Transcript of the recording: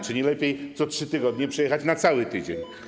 Czy nie lepiej co 3 tygodnie przyjechać na cały tydzień?